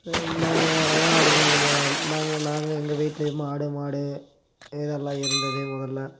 நாங்கள் ஆடு மேடு மா நாங்கள் நாங்கள் எங்கள் வீட்லேயும் ஆடு மாடு இதெல்லாம் இருந்தது முதல்ல